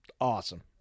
awesome